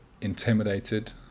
intimidated